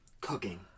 cooking